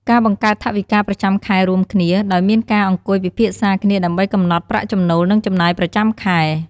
ការបង្កើតថវិកាប្រចាំខែរួមគ្នា ដោយមានការអង្គុយពិភាក្សាគ្នាដើម្បីកំណត់ប្រាក់ចំណូល និងចំណាយប្រចាំខែ។